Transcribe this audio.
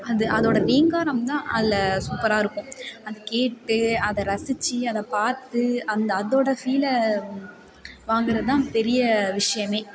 அது அதோட ரீங்காரம்தான் அதில் சூப்பராக இருக்கும் அது கேட்டு அதை ரசிச்சு அதைப் பார்த்து அந்த அதோட ஃபீலை வாங்கிறதான் பெரிய விஷயமே